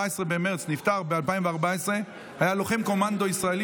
נפטר ב-14 במרץ 2014. היה לוחם קומנדו ישראלי,